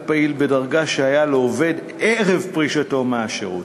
פעיל בדרגה שהייתה לעובד ערב פרישתו מהשירות.